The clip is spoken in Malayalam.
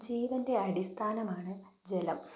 ജീവന്റെ അടിസ്ഥാനമാണ് ജലം